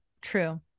true